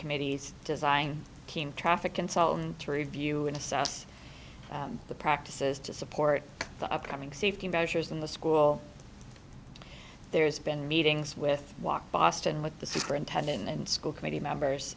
committee's design team traffic consultant to review and assess the practices to support the upcoming safety measures in the school there's been meetings with walk boston with the superintendent and school committee members